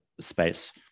space